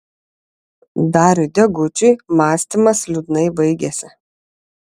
dariui degučiui mąstymas liūdnai baigėsi